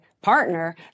partner